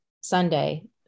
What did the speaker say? Sunday